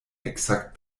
exakt